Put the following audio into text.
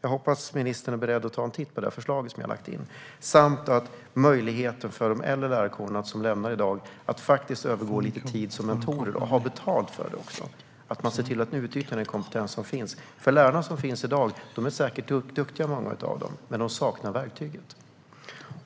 Jag hoppas att ministern är beredd att ta en titt på det här förslaget samt på möjligheten för de äldre i lärarkåren som lämnar i dag att övergå en liten tid som mentorer och ha betalt för det också, så att man utnyttjar den kompetens som finns. Många av de lärare som finns i dag är säkert duktiga, men de saknar verktygen.